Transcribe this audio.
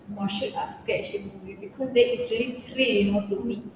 martial arts ke action movie because that is really cray you know to me